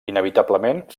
inevitablement